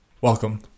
Welcome